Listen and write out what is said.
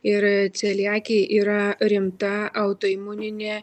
ir celiakija yra rimta autoimuninė